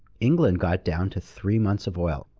england got down to three months of oil.